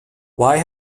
why